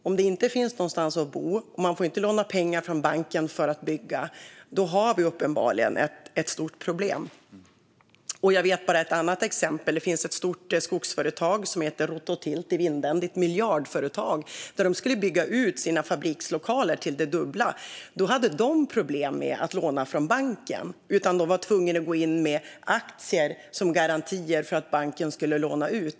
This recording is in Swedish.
Om det inte finns någonstans att bo, och man inte får låna pengar från banken för att bygga, har vi uppenbarligen ett stort problem. Jag vet ett annat exempel. Det ett stort skogsföretag som heter Rototilt i Vindeln. Det är ett miljardföretag. När det skulle bygga ut sina fabrikslokaler till det dubbla hade det problem med att få låna från banken. Det var tvunget att gå in med aktier som garantier för att banken skulle låna ut.